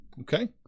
okay